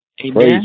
Amen